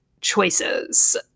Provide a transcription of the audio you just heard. choices